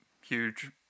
huge